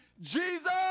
jesus